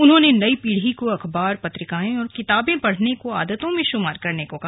उन्होंने नई पीढ़ी को अखबार पत्रिकाएं और किताबें पढ़ने को आदतों में शुमार करने को कहा